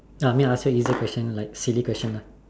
I mean I'll ask you easier questions like silly questions lah